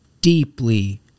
deeply